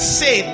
say